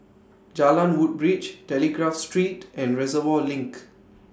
Jalan Woodbridge Telegraph Street and Reservoir LINK